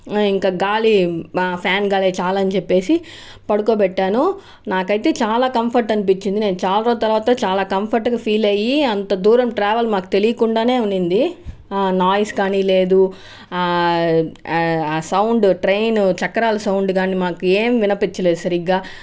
ఇంకా గాలి మా ఫ్యాన్ గాలి చాలు అని చెప్పేసి పడుకోబెట్టాను నాకైతే చాలా కంఫర్ట్ అనిపించింది నేను చాలా రోజులు తర్వాత చాలా కంఫర్ట్ గా ఫీల్ అయ్యి అంత దూరం ట్రావెల్ మాకు తెలియకుండానే ఉనింది నాయిస్ కానీ లేదు సౌండ్ ట్రైన్ చక్రాల సౌండ్ గానీ మాకు ఏమి వినిపించలేదు సరిగ్గా